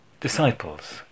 disciples